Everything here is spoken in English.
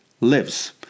lives